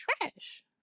trash